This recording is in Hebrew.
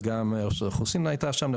וגם רשות האוכלוסין הייתה שם,